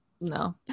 No